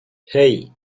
hey